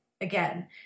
again